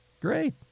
Great